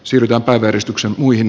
silopäiväristuksen muihin